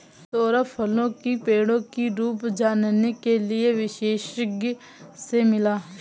सौरभ फलों की पेड़ों की रूप जानने के लिए विशेषज्ञ से मिला